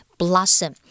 blossom